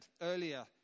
Earlier